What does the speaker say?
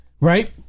right